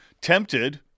tempted